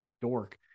dork